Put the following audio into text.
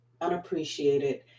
unappreciated